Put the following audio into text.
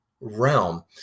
realm